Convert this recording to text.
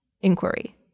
inquiry